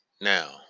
now